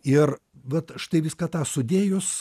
ir vat štai viską tą sudėjus